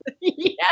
Yes